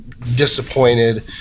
Disappointed